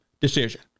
decision